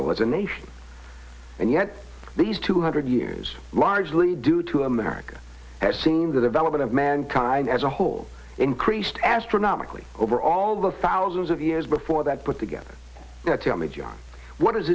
old as a nation and yet these two hundred years largely due to america has seen the development of mankind as a whole increased astronomically over all the thousands of years before that put together tell me